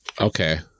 Okay